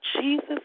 Jesus